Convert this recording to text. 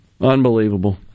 Unbelievable